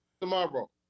tomorrow